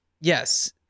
Yes